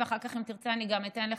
ואחר כך אם תרצה אני גם אתן לך,